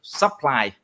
supply